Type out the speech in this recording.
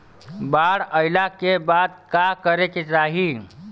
बाढ़ आइला के बाद का करे के चाही?